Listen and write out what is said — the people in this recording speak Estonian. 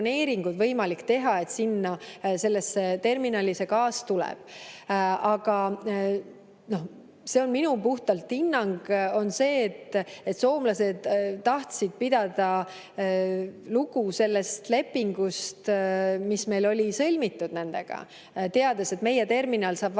teha, et sinna terminali see gaas tuleb. Aga see on puhtalt minu hinnang, et soomlased tahtsid pidada lugu sellest lepingust, mis meil oli sõlmitud nendega, teades, et meie terminal saab varem